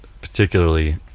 Particularly